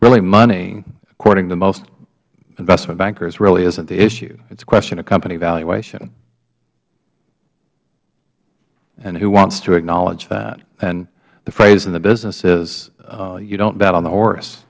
really money according to most investment bankers really isn't the issue it is a question of company valuation and who wants to acknowledge that and the phrase in the business is you don't bet on the horse